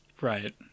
Right